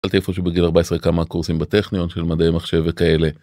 התחלתי איפשהו בגיל 14 כמה קורסים בטכניון של מדעי מחשב כאלה.